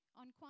on